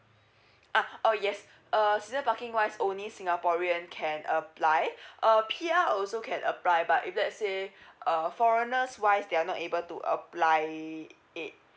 ah oh yes uh season parking wise only singaporean can apply uh P_R also can apply but if let's say uh foreigners wise they are not able to apply it